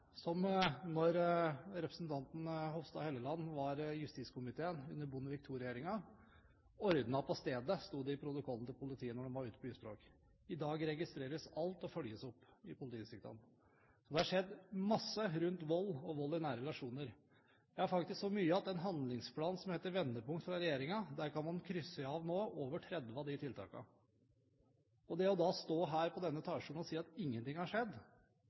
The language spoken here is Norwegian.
politiet når de var ute på husbråk. I dag registreres alt, og følges opp i politidistriktene. Og det har skjedd masse rundt vold og vold i nære relasjoner, faktisk så mye at i den handlingsplanen fra regjeringen som heter «Vendepunkt», kan man nå krysse av over 30 tiltak. Det da å stå her på denne talerstolen og si at ingenting har skjedd,